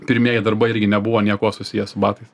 pirmieji darbai irgi nebuvo niekuo susiję su batais